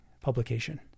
publication